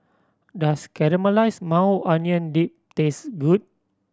does Caramelized Maui Onion Dip taste good